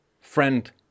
friend